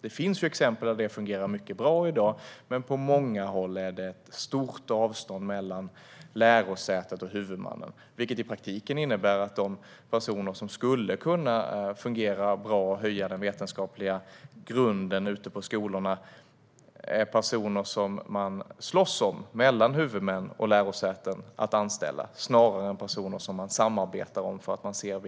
Det finns exempel på att det fungerar mycket bra i dag, men på många håll är det ett stort avstånd mellan lärosätet och huvudmannen, vilket i praktiken innebär att de personer som skulle kunna fungera bra och höja den vetenskapliga nivån ute på skolorna är personer som huvudmän och lärosäten slåss om att anställa snarare än samarbetar om då man ser